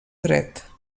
dret